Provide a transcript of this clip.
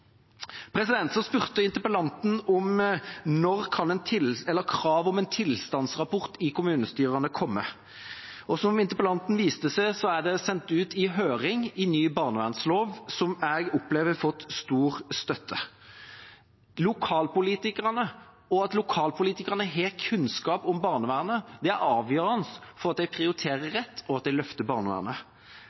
Så spurte interpellanten om når krav om en tilstandsrapport i kommunestyrene kan komme. Som interpellanten viste til, er det foreslått i ny barnevernslov som ble sendt ut på høring – noe som jeg opplever har fått stor støtte. At lokalpolitikerne har kunnskap om barnevernet, er avgjørende for at de prioriterer rett, og at de løfter barnevernet.